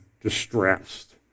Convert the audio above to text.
distressed